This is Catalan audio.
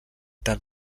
tan